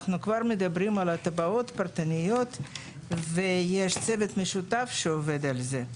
אנחנו כבר מדברים על תב"עות פרטניות ויש צוות משותף שעובד על זה.